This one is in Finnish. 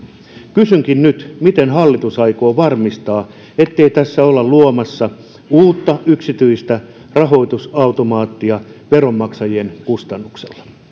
kysynkin nyt miten hallitus aikoo varmistaa ettei tässä olla luomassa uutta yksityistä rahoitusautomaattia veronmaksajien kustannuksella